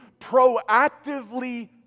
proactively